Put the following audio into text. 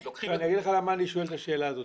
אני אגיד לך למה אני שואל את השאלה הזאת.